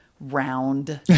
round